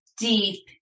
deep